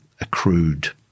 accrued